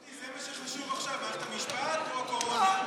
זה מה שחשוב עכשיו, מערכת המשפט או הקורונה?